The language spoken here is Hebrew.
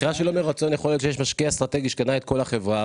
מכירה שלא מרצון יכול להיות שיש משקיע אסטרטגי שקנה את כל החברה,